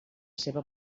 seva